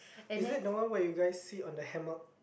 is it the one where you guys sit on the hammock